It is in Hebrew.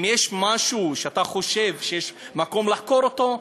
אם יש משהו שאתה חושב שיש מקום לחקור אותו,